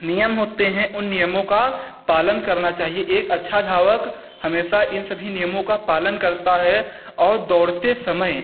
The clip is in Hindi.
नियम होते हैं उन नियमों का पालन करना चाहिए एक अच्छा धावक हमेशा इन सभी नियमों का पालन करता है और दौड़ते समय